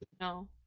No